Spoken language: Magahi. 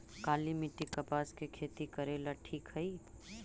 काली मिट्टी, कपास के खेती करेला ठिक हइ?